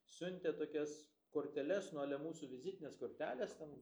siuntė tokias korteles nu a lia mūsų vizitinės kortelės ten